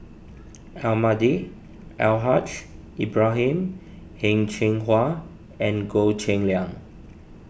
Almahdi Al Haj Ibrahim Heng Cheng Hwa and Goh Cheng Liang